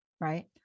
right